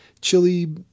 Chili